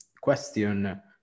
question